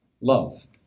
love